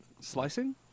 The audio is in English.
Slicing